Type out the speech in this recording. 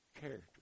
Character